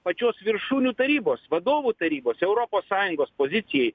pačios viršūnių tarybos vadovų tarybos europos sąjungos pozicijai